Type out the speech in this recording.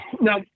now